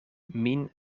min